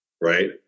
right